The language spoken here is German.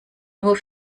nur